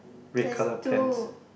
there's two